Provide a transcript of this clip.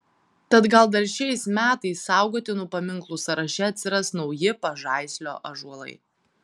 tad gal dar šiais metais saugotinų paminklų sąraše atsiras nauji pažaislio ąžuolai